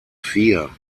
vier